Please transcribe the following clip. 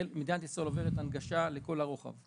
מדינת ישראל עוברת הנגשה לכל הרוחב.